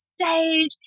stage